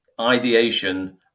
ideation